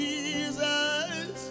Jesus